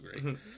great